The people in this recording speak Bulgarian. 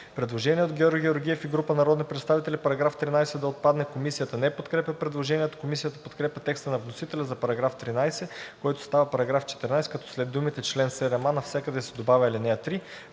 Предложение от Георги Георгиев и група народни представители –§ 13 да отпадне. Комисията не подкрепя предложението. Комисията подкрепя текста на вносителя за § 13, който става § 14, като след думите „чл. 7а“ навсякъде се добавя „ал. 3“.